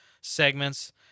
segments